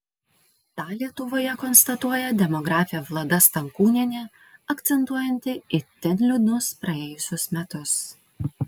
tą lietuvoje konstatuoja demografė vlada stankūnienė akcentuojanti itin liūdnus praėjusius metus